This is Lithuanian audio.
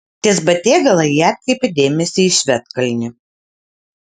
ties batėgala ji atkreipė dėmesį į švedkalnį